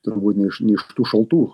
turbūt ne iš ne iš tų šaltų